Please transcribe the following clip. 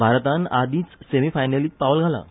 भारतान आदींच सेमीफायनलींत पावल घालां